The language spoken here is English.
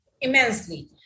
immensely